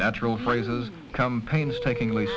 natural phrases come painstakingly